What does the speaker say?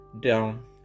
down